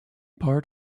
part